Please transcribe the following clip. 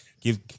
give